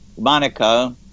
Monica